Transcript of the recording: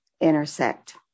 intersect